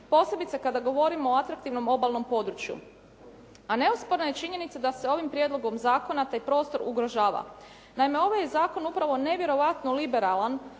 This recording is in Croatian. posebice kada govorimo o atraktivnom obalnom području. A neosporna je činjenica da se ovim prijedlogom zakona taj prostor ugrožava. Naime, ovaj zakon upravo nevjerojatno liberalan